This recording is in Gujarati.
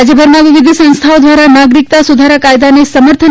રાજયભરમાં વિવિધ સંસ્થાઓ દ્વારા નાગરિકતા સુધારા કાયદાને સમર્થન